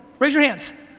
raise your hands,